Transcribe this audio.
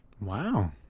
Wow